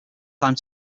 time